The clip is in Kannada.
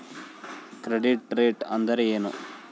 ಕ್ರೆಡಿಟ್ ರೇಟ್ ಅಂದರೆ ಏನು?